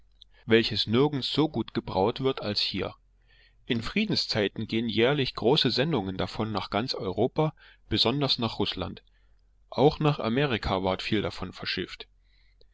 welches nirgends so gut gebraut wird als hier in friedenszeiten gehen jährlich große sendungen davon nach ganz europa besonders nach rußland auch nach amerika ward viel davon verschifft